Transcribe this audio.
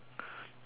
sigh